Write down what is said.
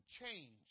change